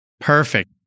perfect